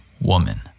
woman